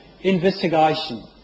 investigation